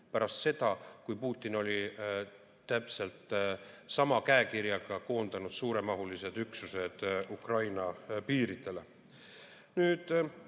pärast seda, kui Putin oli täpselt sama käekirjaga koondanud suuremahulised üksused Ukraina piiridele.